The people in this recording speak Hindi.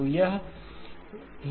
तो यह हिस्सा है